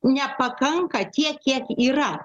nepakanka tiek kiek yra